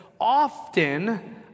often